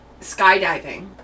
skydiving